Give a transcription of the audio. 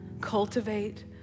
cultivate